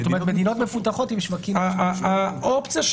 זאת אומרת מדינות מפותחות עם שווקים -- האופציה של